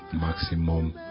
maximum